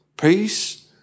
peace